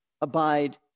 abide